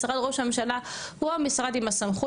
משרד ראש הממשלה הוא המשרד עם הסמכות